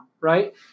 Right